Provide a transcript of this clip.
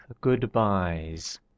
goodbyes